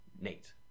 Nate